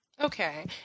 Okay